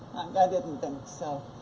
i didn't think so